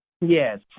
Yes